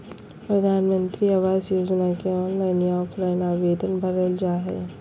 प्रधानमंत्री आवास योजना के ऑनलाइन या ऑफलाइन आवेदन भरल जा हइ